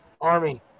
Army